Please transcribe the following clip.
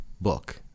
book